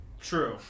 True